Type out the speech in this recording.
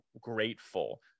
grateful